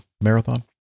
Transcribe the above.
marathon